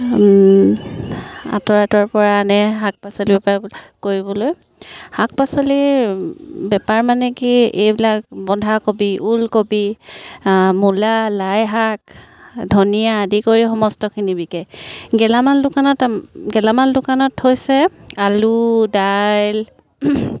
আঁতৰ আঁতৰপৰা আনে শাক পাচলি বেপাৰ কৰিবলৈ শাক পাচলিৰ বেপাৰ মানে কি এইবিলাক বন্ধাকবি ওলকবি মূলা লাই শাক ধনিয়া আদি কৰি সমস্তখিনি বিকে গেলামাল দোকানত গেলামাল দোকানত থৈছে আলু দাইল